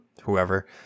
whoever